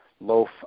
loaf